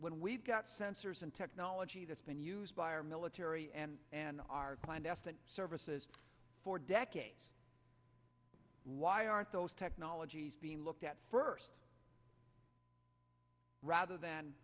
when we've got sensors and technology that's been used by our military and an r klein destine services for decades why aren't those technologies being looked at first rather than